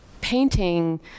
painting